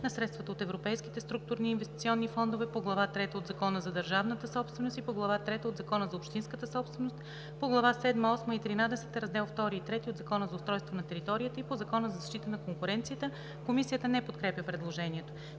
на средствата от Европейските структурни и инвестиционни фондове, по глава трета от Закона за държавната собственост и по глава трета от Закона за общинската собственост, по глави седма, осма и тринадесета, раздели II и III от Закона за устройство на територията и по Закона за защита на конкуренцията.“ Комисията не подкрепя предложението.